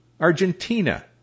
Argentina